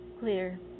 clear